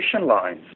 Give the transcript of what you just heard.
lines